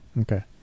okay